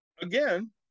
Again